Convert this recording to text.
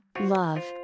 Love